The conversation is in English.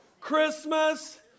Christmas